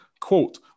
Quote